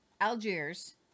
Algiers